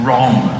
Wrong